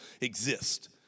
exist